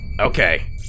Okay